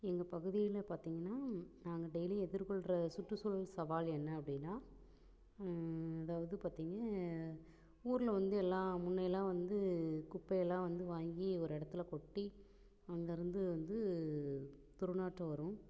எங்கள் பகுதியில் பார்த்திங்கன்னா நாங்கள் டெய்லியும் எதிர் கொள்கிற சுற்றுசூழல் சவால் என்ன அப்படின்னா அதாவது பார்த்திங்க ஊரில் வந்து எல்லா முன்னையெல்லாம் வந்து குப்பையெல்லாம் வந்து வாங்கி ஒரு இடத்துல கொட்டி அங்கேருந்து வந்து துர்நாற்றம் வரும்